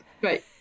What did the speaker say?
right